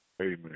Amen